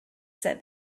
said